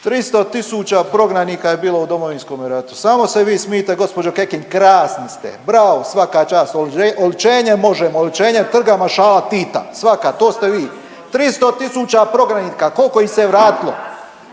300 000 prognanika je bilo u Domovinskome ratu. Samo se vi smijte gospođo Kekin krasni ste. Bravo! Svaka čast. Oličenje MOŽEMO, oličenje Trga maršala Tita. Svakako to ste vi. 300 000 prognanika. Koliko ih se vratilo?